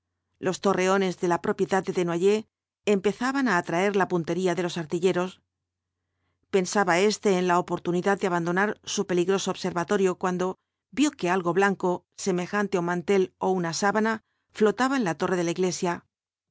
los torreones de la propiedad de desnoyers empezaban á atraer la puntería de los artilleros pensaba éste en la oportunidad de abandonar su peligroso observatorio cuando vio que algo blanco semejante á un mantel ó una sábana flotaba en la torre de la iglesia